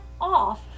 off